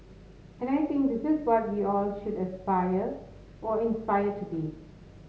and I think this is what we all should aspire or inspire to be